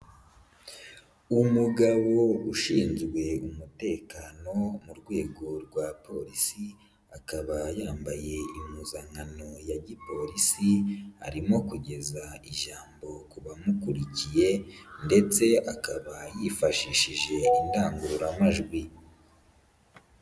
Umugabo ushinzwe umutekano mu rwego rwa polisi, akaba yambaye impuzankano ya gipolisi, arimo kugeza ijambo ku bamukurikiye ndetse akaba yifashishije indangururamajwi.